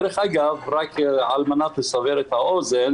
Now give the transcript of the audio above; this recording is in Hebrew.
דרך אגב, רק על-מנת לסבר את האוזן